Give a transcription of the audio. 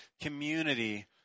community